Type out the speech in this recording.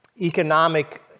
economic